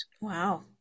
Wow